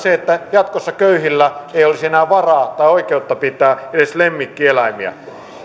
jatkossa köyhillä ei olisi enää varaa tai oikeutta pitää edes lemmikkieläimiä